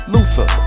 Luther